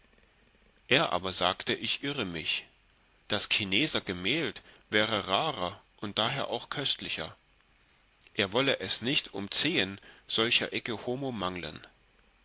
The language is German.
er aber sagte ich irre mich das chineser gemäld wäre rarer und dahero auch köstlicher er wolle es nicht um zehen solcher